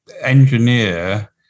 engineer